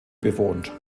bewohnt